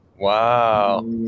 Wow